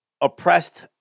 oppressed